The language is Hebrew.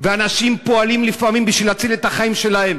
ואנשים פועלים לפעמים בשביל להציל את החיים שלהם